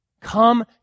Come